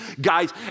guys